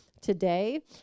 today